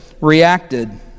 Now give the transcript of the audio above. reacted